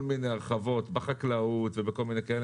מיני הרחבות בחקלאות ובכל מיני נושאים,